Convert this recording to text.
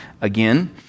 again